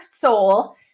soul